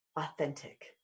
authentic